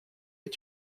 est